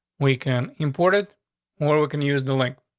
we can import it where we can use the link.